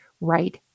right